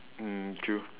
mm true